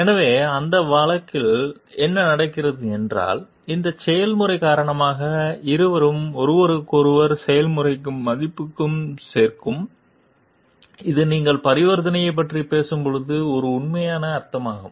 எனவே அந்த வழக்கில் என்ன நடக்கிறது என்றால் அந்த செயல்முறை காரணமாக இருவரும் ஒருவருக்கொருவர் செயல்முறைக்கு மதிப்பு சேர்க்கும் இது நீங்கள் பரிவர்த்தனையைப் பற்றி பேசும்போது ஒரு உண்மையான அர்த்தமாகும்